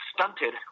stunted